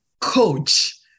coach